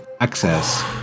access